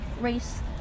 race